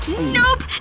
nope.